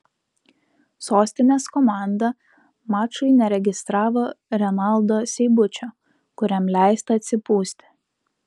sostinės komanda mačui neregistravo renaldo seibučio kuriam leista atsipūsti